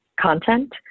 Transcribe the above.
content